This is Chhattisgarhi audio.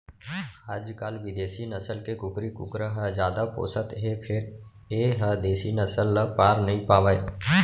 आजकाल बिदेसी नसल के कुकरी कुकरा ल जादा पोसत हें फेर ए ह देसी नसल ल पार नइ पावय